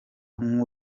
nk’u